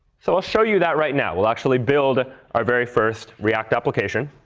so i'll show you that right now. we'll actually build our very first react application.